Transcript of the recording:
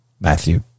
Matthew